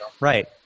Right